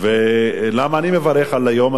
למה אני מברך על היום הזה,